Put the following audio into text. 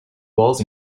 walls